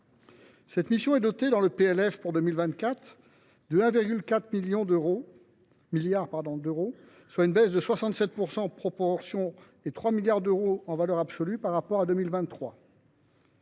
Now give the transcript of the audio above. Cette mission est dotée dans ce PLF de 1,4 milliard d’euros, soit une baisse de 67 % en proportion et de 3 milliards d’euros en valeur absolue par rapport à 2023.